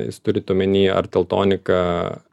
jūs turit omeny ar teltonika